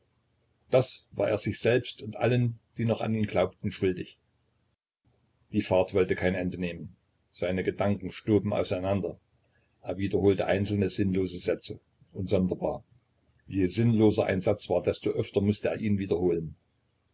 das war er sich selbst und allen die noch an ihn glaubten schuldig die fahrt wollte kein ende nehmen seine gedanken stoben auseinander er wiederholte einzelne sinnlose sätze und sonderbar je sinnloser ein satz war desto öfter mußte er ihn wiederholen